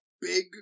big